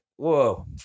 whoa